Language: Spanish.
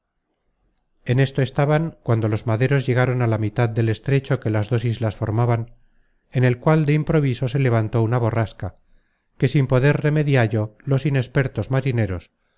en esto estaban cuando los maderos llegaron a la mitad del estrecho que las dos islas formaban en el cual de improviso se levantó una borrasca que sin poder remediallo los inexpertos marineros